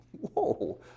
Whoa